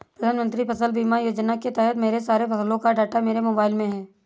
प्रधानमंत्री फसल बीमा योजना के तहत मेरे सारे फसलों का डाटा मेरे मोबाइल में है